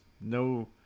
no